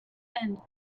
end